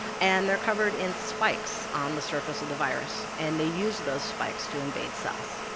and they're covered in spikes on the surface of the virus, and they use those spikes to invade cells.